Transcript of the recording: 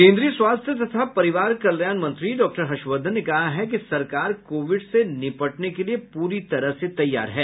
केन्द्रीय स्वास्थ्य तथा परिवार कल्याण मंत्री डॉक्टर हर्षवर्धन ने कहा है कि सरकार कोविड से निपटने के लिए पूरी तरह से तैयार है